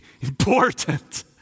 important